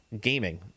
Gaming